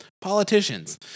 politicians